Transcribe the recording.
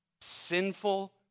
sinful